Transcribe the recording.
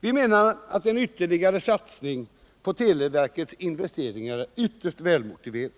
Vi menar att en ytterligare satsning på televerkets investeringar är ytterst välmotiverad.